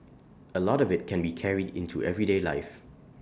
A lot of IT can be carried into everyday life